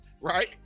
Right